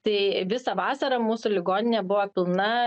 tai visą vasarą mūsų ligoninė buvo pilna